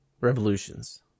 Revolutions